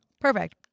Perfect